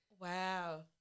Wow